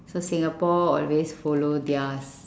so singapore always follow theirs